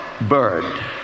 bird